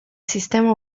sistema